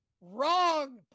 Wrong